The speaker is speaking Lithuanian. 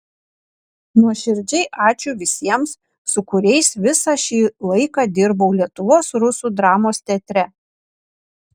nuoširdžiai ačiū visiems su kuriais visą šį laiką dirbau lietuvos rusų dramos teatre